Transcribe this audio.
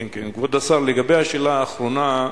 כבוד השר, לגבי השאלה האחרונה,